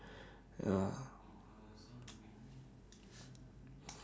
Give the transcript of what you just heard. ah